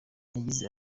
yagize